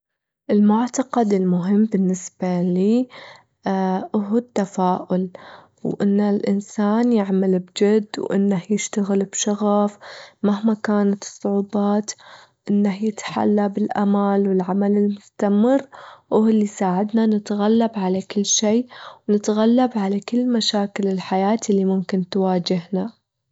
المعتقد المهم بالنسبة لي هو التفاؤل، وإن الإنسان يعمل بجد، وإنه يشتغل بشغف مهما كانت الصعوبات، إنه يتحلى بالأمل والعمل المستمر وهو اللي يساعدنا نتغلب على كل شي، ونتغلب على كل مشاكل الحياة اللي ممكن تواجهنا.